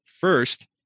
First